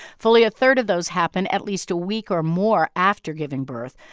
fully a third of those happen at least a week or more after giving birth.